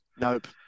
nope